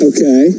Okay